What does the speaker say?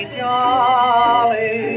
jolly